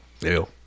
Ew